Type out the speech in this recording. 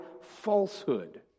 falsehood